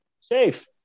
safe